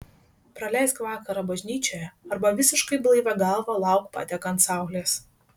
praleisk vakarą bažnyčioje arba visiškai blaivia galva lauk patekant saulės